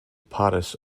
paris